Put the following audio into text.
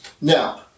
Now